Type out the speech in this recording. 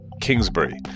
Kingsbury